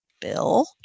Bill